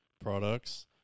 products